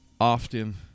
often